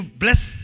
bless